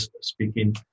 speaking